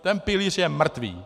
Ten pilíř je mrtvý!